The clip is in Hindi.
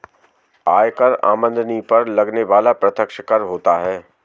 आयकर आमदनी पर लगने वाला प्रत्यक्ष कर होता है